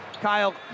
Kyle